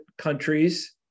countries